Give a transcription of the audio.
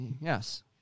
Yes